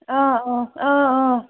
آ آ